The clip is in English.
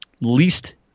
least